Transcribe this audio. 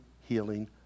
healing